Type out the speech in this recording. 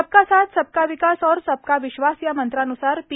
सबका साथ सबका विकास और सबका विश्वास या मंत्रान्सार पी